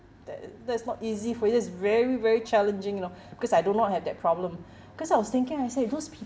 that that's not easy for you it's very very challenging you know because I do not have that problem because I was thinking I say those people